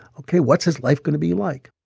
ok. what's his life going to be like?